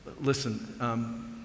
listen